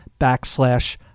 backslash